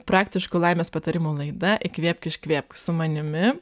praktiškų laimės patarimų laida įkvėpk iškvėpk su manimi